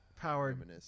powered